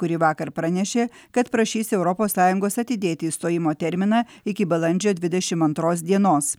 kuri vakar pranešė kad prašys europos sąjungos atidėti išstojimo terminą iki balandžio dvidešim antros dienos